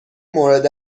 مورد